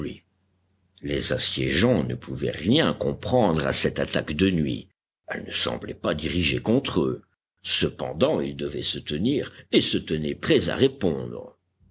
les assiégeants ne pouvaient rien comprendre à cette attaque de nuit elle ne semblait pas dirigée contre eux cependant ils devaient se tenir et se tenaient prêts à répondre